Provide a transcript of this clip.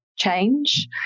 Change